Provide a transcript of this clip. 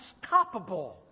unstoppable